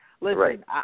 Listen